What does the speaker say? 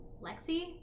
Lexi